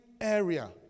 area